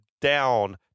down